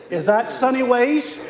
is that sunny ways?